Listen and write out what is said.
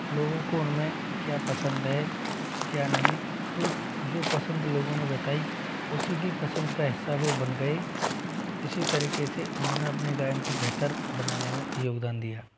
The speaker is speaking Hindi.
लोगों को उनमें क्या पसंद है क्या नहीं तो जो पसंद लोगों ने बताई उसी की पसंद का हिस्सा वो बन गए तो इसी तरीके से उन्होंने अपने गायन को बेहतर बनाने में योगदान दिया